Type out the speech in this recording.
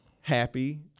happy